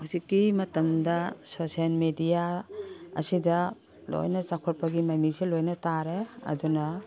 ꯍꯧꯖꯤꯛꯀꯤ ꯃꯇꯝꯗ social media ꯑꯁꯤꯗ ꯂꯣꯏꯅ ꯆꯥꯎꯈꯠꯄꯒꯤ ꯃꯃꯤꯁꯦ ꯂꯣꯏꯅ ꯇꯥꯔꯦ ꯑꯗꯨꯅ